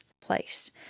place